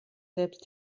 selbst